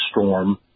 storm –